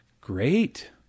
Great